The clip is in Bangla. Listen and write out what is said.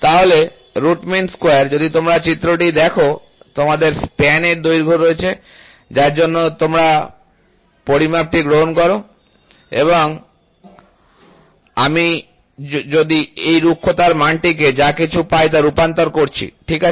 তাহলে রুট মিন স্কোয়ার এর মান যদি তোমরা চিত্রটি দেখ যে তোমাদের স্প্যান এর দৈর্ঘ্য রয়েছে যার জন্য তোমরা পরিমাপটি গ্রহণ করো এবং তবে আমি এই রুক্ষতার মানটিকে যা কিছু পাই তা রূপান্তর করছি ঠিক আছে